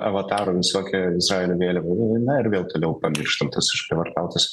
avatarų visokie visa erdvė ir nu na ir vėl toliau pamirštam tuos išprievartautus